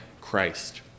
Christ